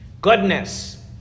Goodness